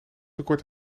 tekort